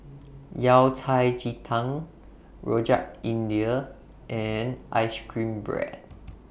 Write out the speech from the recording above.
Yao Cai Ji Tang Rojak India and Ice Cream Bread